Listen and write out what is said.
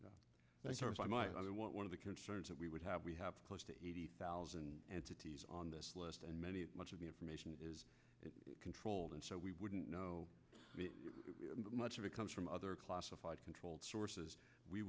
again my other one of the concerns that we would have we have close to eighty thousand and cities on this list and many much of the information is controlled and so we wouldn't know much of it comes from other classified controlled sources we